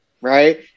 right